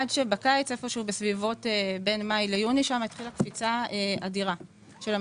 עד שבקיץ בין מאי ליוני התחילה קפיצה אדירה של המחירים.